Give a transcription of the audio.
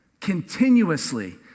continuously